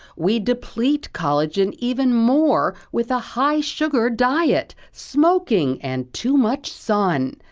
we deplete collagen even more with a high sugar diet. smoking and too much sunshine.